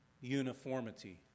uniformity